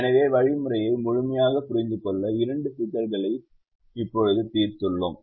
எனவே வழிமுறையை முழுமையாகப் புரிந்துகொள்ள இரண்டு சிக்கல்களை இப்போது தீர்த்துள்ளோம்